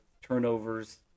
turnovers